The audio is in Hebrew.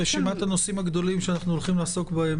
ברשימת הנושאים הגדולים שאנחנו הולכים לעסוק בהם,